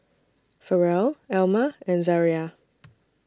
Farrell Elma and Zariah